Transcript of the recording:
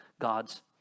God's